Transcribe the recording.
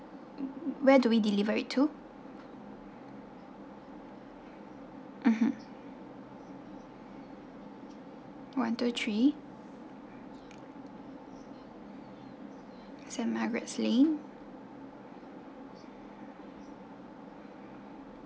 where do we deliver it to mmhmm one two three